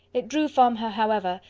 it drew from her, however,